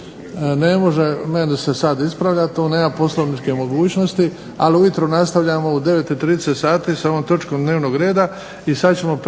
Ne može meni se sad ispravljati, tu nema poslovničke mogućnosti, ali ujutro nastavljamo u 9 i 30 sati sa ovom točkom dnevnog reda.